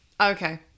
Okay